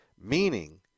Meaning